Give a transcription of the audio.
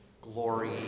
Glory